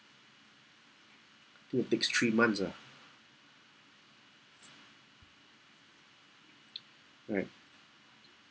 who takes three months ah right